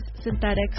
synthetics